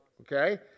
okay